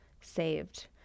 saved